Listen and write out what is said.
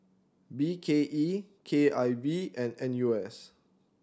B K E K I V and N U S